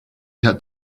had